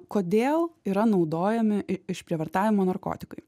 kodėl yra naudojami i išprievartavimo narkotikai